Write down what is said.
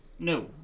No